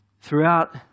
throughout